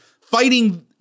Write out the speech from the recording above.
fighting